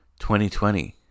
2020